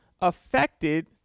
affected